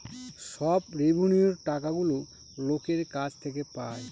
সব রেভিন্যুয়র টাকাগুলো লোকের কাছ থেকে পায়